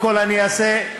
אדוני היושב-ראש,